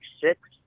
six